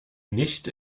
nicht